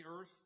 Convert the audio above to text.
earth